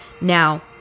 Now